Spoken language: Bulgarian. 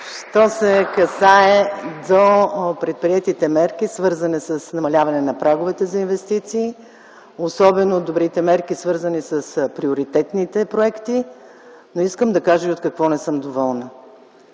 що се касае до предприетите мерки, свързани с намаляване на праговете за инвестиции, особено добрите мерки, свързани с приоритетните проекти. Но искам да кажа и от какво не съм доволна.